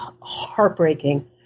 heartbreaking